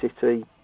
City